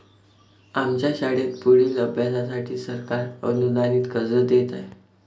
आमच्या शाळेत पुढील अभ्यासासाठी सरकार अनुदानित कर्ज देत आहे